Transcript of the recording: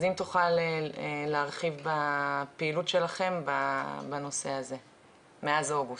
אז אם תוכל להרחיב בפעילות שלכם בנושא הזה מאז אוגוסט.